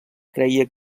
creia